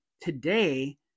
today